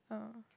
ah